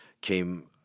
came